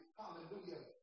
hallelujah